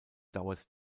dauert